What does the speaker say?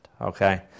okay